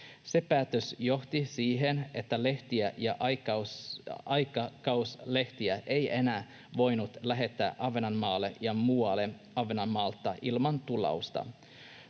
Se päätös johti siihen, että sanoma- ja aikakauslehtiä ei enää voinut lähettää Ahvenanmaalle ja Ahvenanmaalta muualle ilman tullausta.